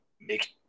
make